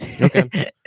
Okay